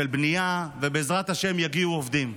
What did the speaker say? של בנייה, ובעזרת השם, יגיעו עובדים.